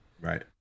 Right